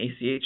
ACH